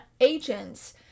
agents